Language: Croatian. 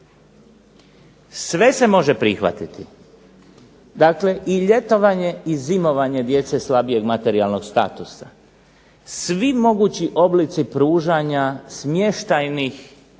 Sve se može prihvatiti, dakle i ljetovanje i zimovanje djece slabijeg materijalnog statusa, svi mogući oblici pružanja smještajnih